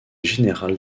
générale